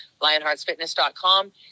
lionheartsfitness.com